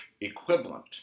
equivalent